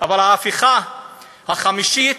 אבל ההפיכה החמישית,